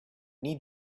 need